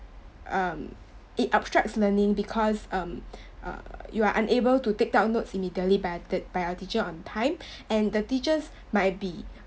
um it obstructs learning because um err you are unable to take down notes immediately by a t~ by a teacher on time and the teachers might be